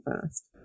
fast